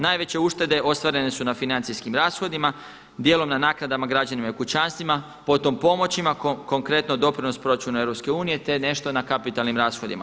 Najveće uštede ostvarene su na financijskim rashodima, dijelom na naknadama građanima i kućanstvima potom pomoćima, konkretno doprinos proračuna EU te nešto na kapitalnim rashodima.